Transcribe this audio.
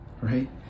right